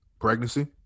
pregnancy